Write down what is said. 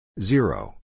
zero